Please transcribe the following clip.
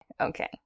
Okay